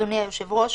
אדוני היושב-ראש,